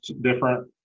different